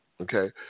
Okay